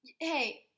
Hey